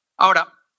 Ahora